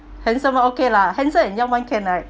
handsome okay lah handsome and young one can right